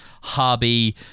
hobby